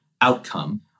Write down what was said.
outcome